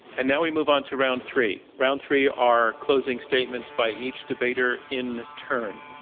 and now we move on to round three. round three are closing statements by each debater in turn.